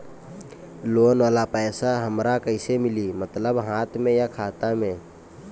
Loan वाला पैसा हमरा कइसे मिली मतलब हाथ में या खाता में?